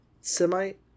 Semite